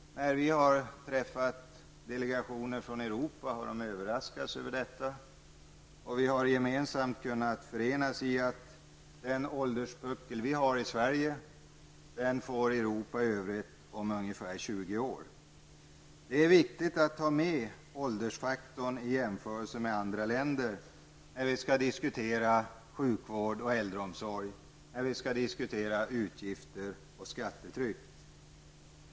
När vi har träffat delegationer från Europa har de överraskats över detta. Den ålderspuckel vi har i Sverige nu, den får övriga Europa om ungefär 20 år. Det är viktigt att ta med åldersfaktorn i jämförelse med andra länder, när vi skall diskutera sjukvård och äldreomsorg och när vi skall diskutera utgifter och skattetryck.